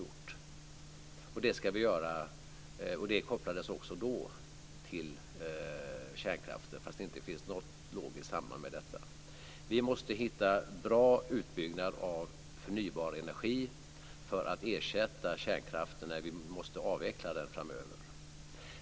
Och det kopplades också då till kärnkraften, trots att det inte finns något logiskt samband med detta. Vi måste hitta en bra utbyggnad av förnybar energi för att ersätta kärnkraften när vi måste avveckla den framöver.